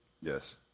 yes